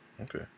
Okay